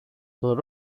τον